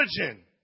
origin